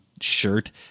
shirt